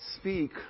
speak